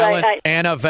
Anna